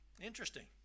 Interesting